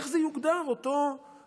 איך זה יוגדר, אותו מהלך?